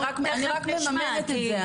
אני רק מממנת את זה,